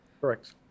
Correct